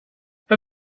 her